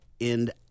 end